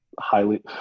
highly